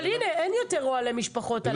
אבל הינה, אין יותר אוהלי משפחות על ההר.